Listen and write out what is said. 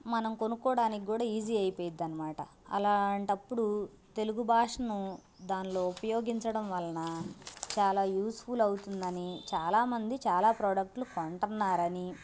మనం కొనుక్కోవడానికి కూడా ఈజీ అయిపోతుంది అన్నమాట అలాంటప్పుడు తెలుగు భాషను దానిలో ఉపయోగించడం వలన చాలా యూస్ఫుల్ అవుతుందని చాలా మంది చాలా ప్రొడక్ట్లు కొంటున్నారని